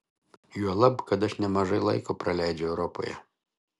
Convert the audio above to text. juolab kad aš nemažai laiko praleidžiu europoje